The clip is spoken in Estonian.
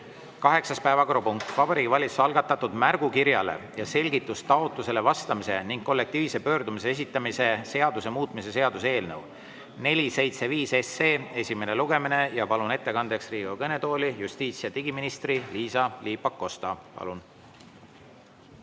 Kaheksas päevakorrapunkt, Vabariigi Valitsuse algatatud märgukirjale ja selgitustaotlusele vastamise ning kollektiivse pöördumise esitamise seaduse muutmise seaduse eelnõu 475 esimene lugemine. Palun ettekandeks Riigikogu kõnetooli justiits- ja digiminister Liisa-Ly Pakosta. Palun!